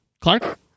Clark